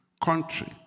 country